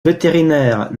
vétérinaire